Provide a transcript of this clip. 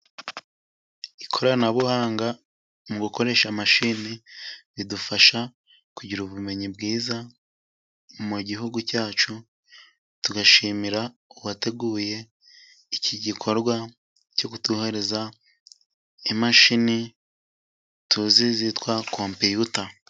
Ikoranabuhanga mu gukoresha mashini，ridufasha kugira ubumenyi bwiza mu gihugu cyacu， tugashimira uwateguye iki gikorwa cyo kuduhereza imashini tuzi zitwa kompiyuta.